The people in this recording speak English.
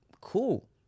Cool